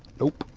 nope.